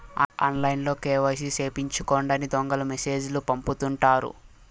ఆన్లైన్లో కేవైసీ సేపిచ్చుకోండని దొంగలు మెసేజ్ లు పంపుతుంటారు